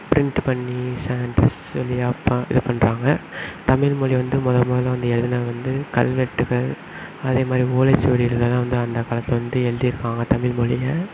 print பண்ணி வழியாக பா இது பண்றாங்க தமிழ்மொழி வந்து முதல் முதல்ல வந்து எழுதினது வந்து கல்வெட்டுகள் அதே மாதிரி ஓலை சுவடிகளெல்லாம் வந்து அந்த காலத்தில் வந்து எழுதியிருக்காங்க தமிழ்மொழியை